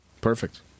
Perfect